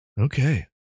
Okay